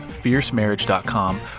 FierceMarriage.com